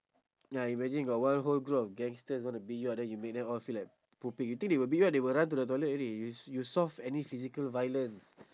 ya imagine got one whole group of gangsters want to beat you up then you make them all feel like pooping you think they will beat you up they will run to the toilet already you you solve any physical violence